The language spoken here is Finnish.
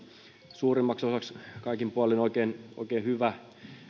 suurimmaksi osaksi kaikin puolin oikein oikein hyvä